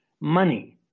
money